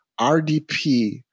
RDP